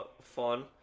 fun